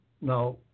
Now